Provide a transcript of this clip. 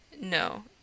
No